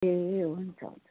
ए हुन्छ हुन्छ